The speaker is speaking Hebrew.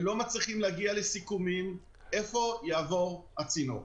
והם לא מצליחים להגיע לסיכומים איפה יעבור הצינור.